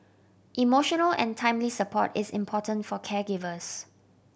emotional and timely support is important for caregivers